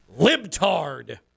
Libtard